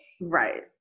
Right